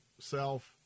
self